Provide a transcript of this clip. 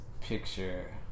picture